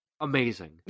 amazing